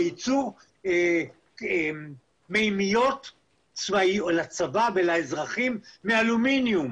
בייצור מימיות לצבא ולאזרחים מאלומיניום.